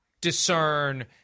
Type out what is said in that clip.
discern